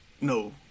no